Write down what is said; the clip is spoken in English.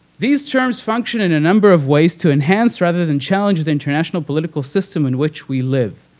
these terms function in a number of ways to enhance, rather than challenge, the international political system in which we live.